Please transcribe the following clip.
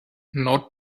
not